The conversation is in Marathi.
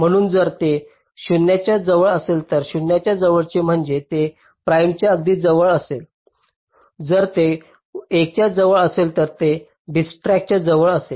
म्हणून जर ते 0 च्या जवळ असेल तर 0 च्या जवळचे म्हणजे ते प्राइमच्या अगदी जवळ असेल जर ते 1 च्या जवळ असेल तर ते Djkstra च्या जवळ असेल